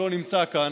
שלא נמצא כאן,